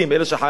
אלה שחייבים,